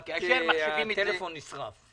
הטלפון כמעט נשרף.